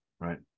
right